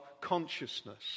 consciousness